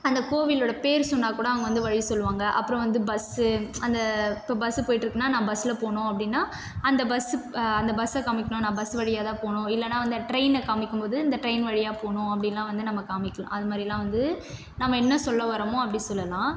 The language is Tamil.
அந்த கோவிலோட பேர் சொன்னால் கூட அவங்க வந்து வழி சொல்லுவாங்க அப்புறோம் வந்து பஸ்ஸூ அந்த இப்போ பஸ் போயிட்டுருக்குனா நான் பஸ்ஸில் போகனும் அப்படினா அந்த பஸ் அந்த பஸ்சை காமிக்கணும் நான் பஸ் வழியாகதான் போணும் இல்லைனா வந்து ட்ரைனை காமிக்கபோது இந்த ட்ரைன் வழியாக போகணும் அப்படிலா வந்து நாம்ம காமிக்கலாம் அதுமாதிரிலா வந்து நாம்ம என்ன சொல்ல வரமோ அப்படி சொல்லலாம்